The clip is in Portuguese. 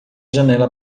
janela